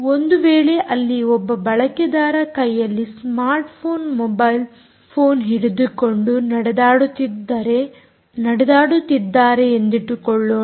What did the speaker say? ಒಂದು ವೇಳೆ ಅಲ್ಲಿ ಒಬ್ಬ ಬಳಕೆದಾರ ಕೈಯಲ್ಲಿ ಸ್ಮಾರ್ಟ್ಸ್ಮಾರ್ಟ್ ಮೊಬೈಲ್ ಫೋನ್ ಹಿಡಿದುಕೊಂಡು ನಡೆದಾಡುತ್ತಿದ್ದಾರೆ ಎಂದಿಟ್ಟುಕೊಳ್ಳೋಣ